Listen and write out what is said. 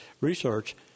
research